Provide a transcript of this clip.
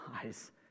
eyes